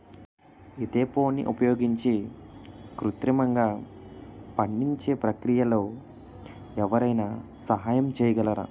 ఈథెఫోన్ని ఉపయోగించి కృత్రిమంగా పండించే ప్రక్రియలో ఎవరైనా సహాయం చేయగలరా?